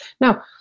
Now